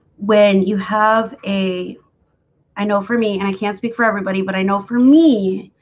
when you have a i know for me and i can't speak for everybody, but i know for me